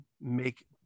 make